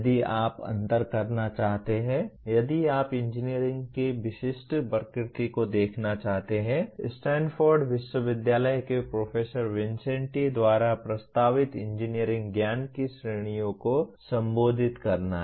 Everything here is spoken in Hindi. यदि आप अंतर करना चाहते हैं यदि आप इंजीनियरिंग की विशिष्ट प्रकृति को देखना चाहते हैं स्टैनफोर्ड विश्वविद्यालय के प्रोफेसर विन्सेंटी द्वारा प्रस्तावित इंजीनियरिंग ज्ञान की श्रेणियों को संबोधित करना है